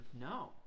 no